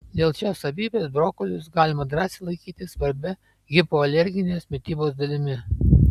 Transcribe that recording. dėl šios savybės brokolius galima drąsiai laikyti svarbia hipoalerginės mitybos dalimi